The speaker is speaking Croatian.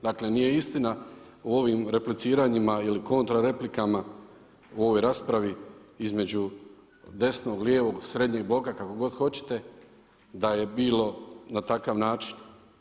Dakle, nije istina o ovim repliciranjima ili kontra replikama u ovoj raspravi između desnog, lijevog, srednjeg boka kako god hoćete da je bilo na takav način.